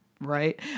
right